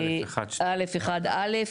(א)(1)(א).